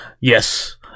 Yes